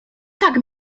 tak